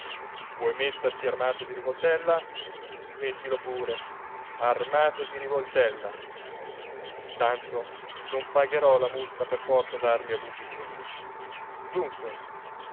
vuoi metterci armato di rivoltella mettilo pure armato di rivoltella tanto non pagherò la multa per porto d'arma abusivo dunque